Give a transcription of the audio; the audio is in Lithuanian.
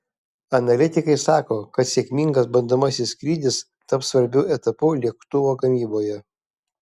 analitikai sako kad sėkmingas bandomasis skrydis taps svarbiu etapu lėktuvo gamyboje